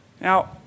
Now